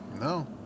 No